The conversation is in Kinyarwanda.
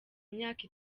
myaka